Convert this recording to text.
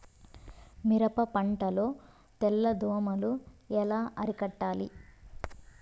మిరప పంట లో తెల్ల దోమలు ఎలా అరికట్టాలి?